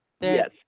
yes